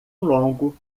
longo